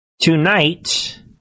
tonight